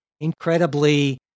incredibly